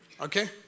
Okay